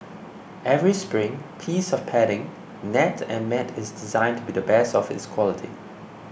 every spring piece of padding net and mat is designed to be the best of its quality